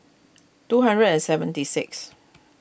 two hundred and seventy six